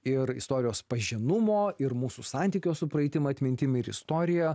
ir istorijos pažinumo ir mūsų santykio su praeitim atmintim ir istorija